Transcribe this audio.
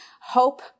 hope